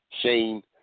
Shane